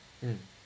mm